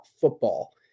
football